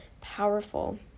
powerful